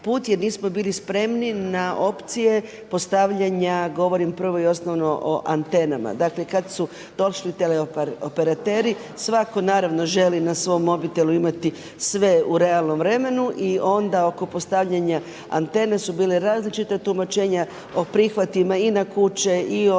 put jer nismo bili spremni na opcije postavljanja, govorim prvo i osnovno o antenama, dakle kada su došli teleoperateri svatko naravno želi na svom mobitelu imati sve u realnom vremenu i onda oko postavljanja antene su bila različita tumačenja o prihvatima i na kuće i